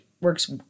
works